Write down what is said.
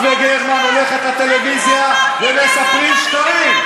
את וגרמן הולכות לטלוויזיה ומספרות שקרים.